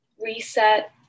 reset